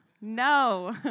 No